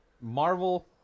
Marvel